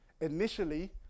Initially